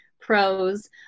Pros